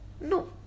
no